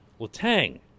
Letang